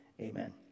amen